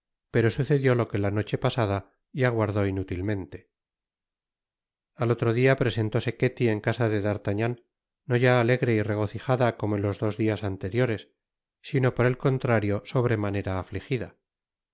pero sucedió lo que la noche pasada y aguardó inútilmente al otro dia presentóse ketty en casa de d'artagnan no ya alegre y regocijada como en los dos dias anteriores sino por el contrarip sobremanera afligida